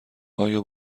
آیا